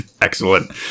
Excellent